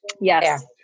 Yes